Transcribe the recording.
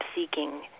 seeking